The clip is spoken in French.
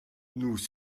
nous